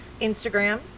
Instagram